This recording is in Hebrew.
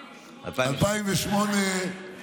ב-2008, ב-2008,